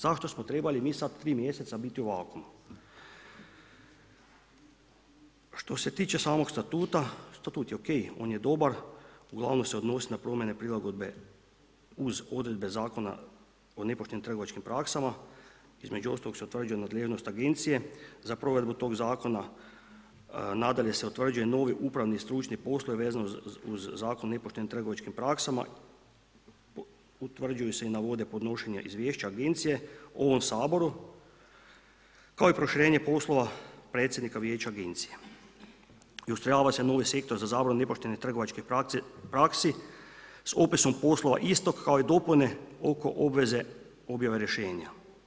Zašto smo trebali mi sad 3 mjeseca biti … Što se tiče samog statuta, statut je ok, on je dobar, uglavnom se odnosi na promjene prilagodbe uz odredbe Zakona o nepoštenim trgovačkim praksama, između ostalog se utvrđuje nadležnost agencije za provedbu tog zakona, nadalje se utvrđuje novi upravni stručni poslovi vezano uz Zakon o nepoštenim trgovačkim praksama, utvrđuju se i navode podnošenje izvješća agencije ovom saboru kao i proširenje poslova predsjednika vijeća agencije i ustrojava se novi sektor za zabranu nepoštene trgovačkih praksi s opisom poslova istog kao i dopune oko obveze objave rješenja.